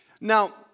Now